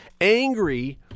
angry